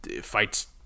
fights